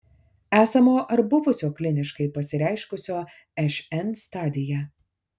esamo ar buvusio kliniškai pasireiškusio šn stadija